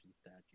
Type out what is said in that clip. statue